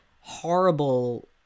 horrible